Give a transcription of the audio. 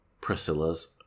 Priscilla's